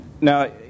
Now